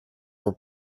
were